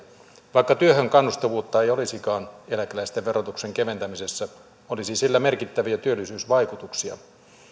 vaikka työhön kannustavuutta ei olisikaan eläkeläisten verotuksen keventämisessä olisi sillä merkittäviä työllisyysvaikutuksia